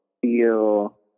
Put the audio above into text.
feel